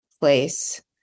place